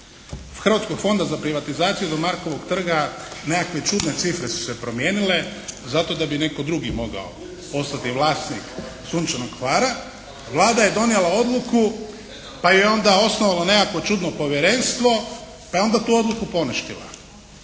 od Hrvatskog fonda za privatizaciju do Markovog trga nekakve čudne cifre su se promijenile zato da bi netko drugi mogao poslati vlasnik "sunčanog Hvara". Vlada je donijela odluku pa je osnovao nekakvo čudno povjerenstvo, pa je onda tu odluku poništila.